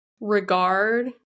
regard